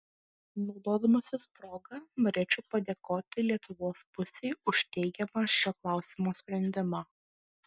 naudodamasis proga norėčiau padėkoti lietuvos pusei už teigiamą šio klausimo sprendimą